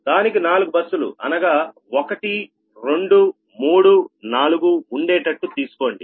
దానికి నాలుగు బస్ లు అనగా 1 2 3 4 ఉండేటట్టు తీసుకోండి